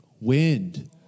wind